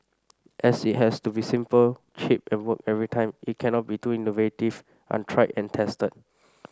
as it has to be simple cheap and work every time it cannot be too innovative untried and tested